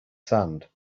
sand